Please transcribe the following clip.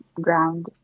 ground